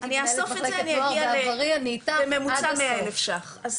אני אאסוף את זה אני אגיע בממוצע 100 אלף ₪,